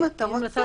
אם אתה רוצה,